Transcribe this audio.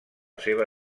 seva